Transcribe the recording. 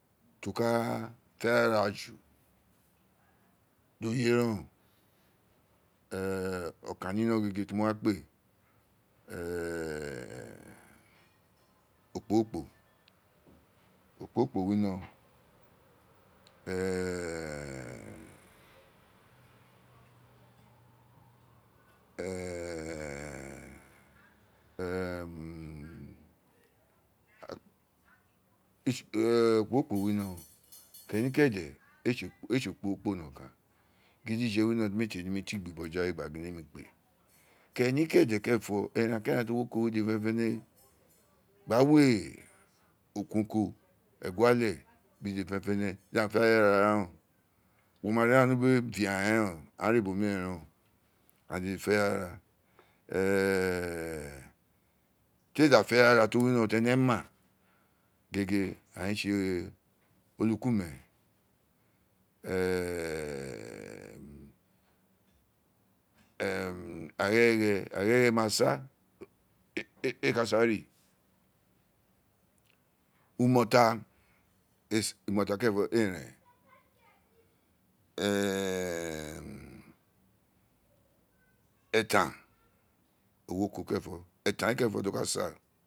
Tio ka fe ara ja ju di o ye reen oo okan ni no gege mo wa kpe okpogoro kpo ivorno keni kede ee tsi okpogoro kpi no kan gidije wino ti ne ne mi tigbi bola we keni kede keren fo eran ki eran ti o wi oko we dede kerenfo we gba wi oko ko egu ale bi dede fenefene di aghaan fe aghara, reen oo wo ma ri aghaan ni ubo we a re ubo omiren reen oo aghaan dede fe ara aghara agere gere agiregere ma saa ee ka sa re umota umota kerenfo o kpe re etan o wi oko kerenfo etan we kerenfo di o ka sa.